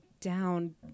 down